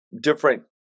different